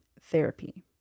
therapy